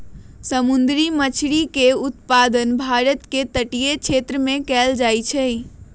समुंदरी मछरी के उत्पादन भारत के तटीय क्षेत्रमें कएल जाइ छइ